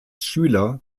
schüler